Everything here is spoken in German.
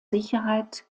sicherheit